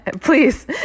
please